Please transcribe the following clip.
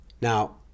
Now